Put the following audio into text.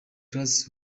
class